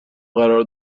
قرار